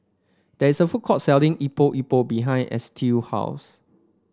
there is a food court selling Epok Epok behind Estill house